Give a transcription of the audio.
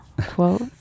quote